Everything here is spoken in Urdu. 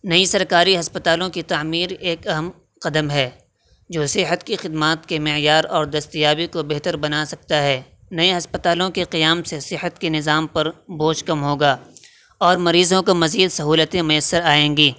نئی سرکاری ہسپتالوں کی تعمیر ایک اہم قدم ہے جو صحت کی خدمات کے معیار اور دستیابی کو بہتر بنا سکتا ہے نئے ہسپتالوں کے قیام سے صحت کے نظام پر بوجھ کم ہوگا اور مریضوں کو مزید سہولتیں میسر آئیں گی